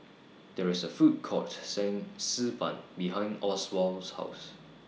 There IS A Food Court Selling Xi Ban behind Oswald's House